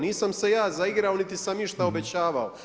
Nisam se ja zaigrao niti sam išta obećavao.